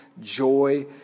joy